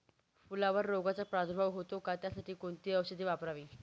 फुलावर रोगचा प्रादुर्भाव होतो का? त्यासाठी कोणती औषधे वापरावी?